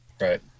Right